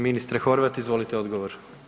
Ministre Horvat, izvolite odgovor.